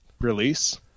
release